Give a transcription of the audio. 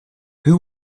who